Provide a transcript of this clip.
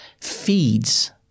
feeds